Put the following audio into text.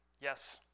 Yes